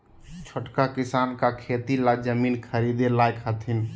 छोटका किसान का खेती ला जमीन ख़रीदे लायक हथीन?